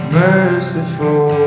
merciful